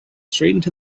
straight